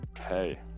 Hey